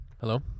Hello